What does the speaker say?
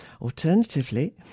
Alternatively